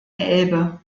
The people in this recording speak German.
elbe